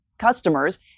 Customers